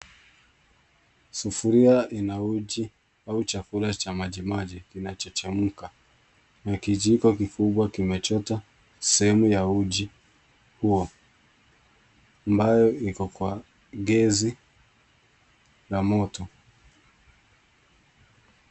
Sufuria ina uji au chakula cha majimaji kinachochemka na kijiko kikubwa kimechota sehemu ya uji huo ambayo iko kwa gesi la moto.